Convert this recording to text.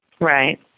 right